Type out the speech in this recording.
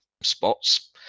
spots